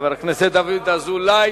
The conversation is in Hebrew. חבר הכנסת דוד אזולאי.